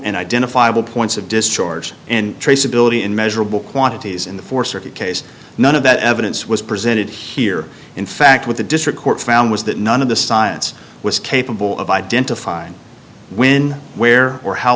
and identifiable points of discharge in traceability in measurable quantities in the force or the case none of that evidence was presented here in fact with the district court found was that none of the science was capable of identifying when where or how